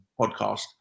podcast